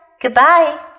goodbye